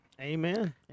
Amen